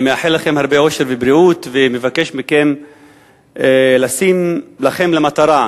מאחל לכם הרבה אושר ובריאות ומבקש מכם לשים לכם למטרה שלום,